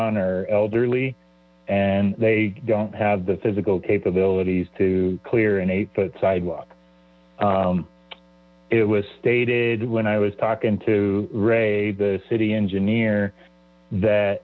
on are elderly and they don't have the physical capabilities to clear an eight foot sidewalk it was stated when i was talking to ray the city engineer